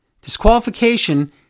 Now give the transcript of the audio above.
Disqualification